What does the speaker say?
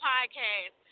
Podcast